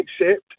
accept